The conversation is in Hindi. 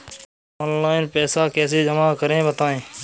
ऑनलाइन पैसा कैसे जमा करें बताएँ?